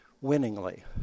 winningly